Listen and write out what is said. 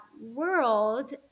world